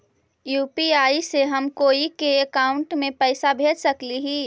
UPI से हम कोई के अकाउंट में पैसा भेज सकली ही?